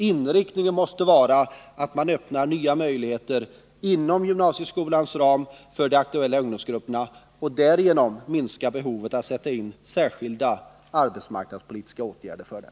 Därför måste vi öppna nya möjligheter inom gymnasieskolans ram för de aktuella ungdomsgrupperna och därigenom minska behovet av särskilda arbetsmarknadspolitiska åtgärder för dem.